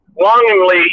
longingly